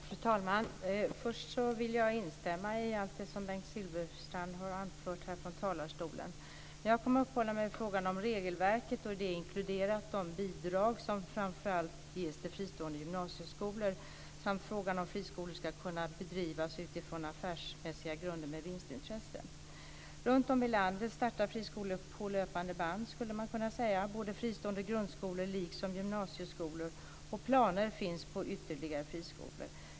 Fru talman! Först vill jag instämma i allt det som Bengt Silfverstrand har anfört från talarstolen. Jag kommer att uppehålla mig vid frågan om regelverket och de bidrag som framför allt ges till fristående gymnasieskolor samt frågan om friskolor ska kunna bedrivas utifrån affärsmässiga grunder med vinstintresse. Runtom i landet startar friskolor på löpande band, skulle man kunna säga. Det gäller både fristående grundskolor och gymnasieskolor. Planer finns på ytterligare friskolor.